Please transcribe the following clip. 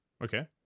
Okay